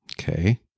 Okay